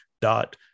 dot